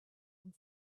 and